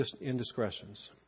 indiscretions